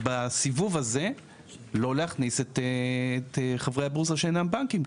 בסיבוב הזה לא להכניס את חברי הבורסה שאינם בנקים.